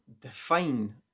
define